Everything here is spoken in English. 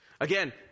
Again